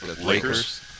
Lakers